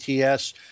ATS